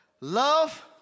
Love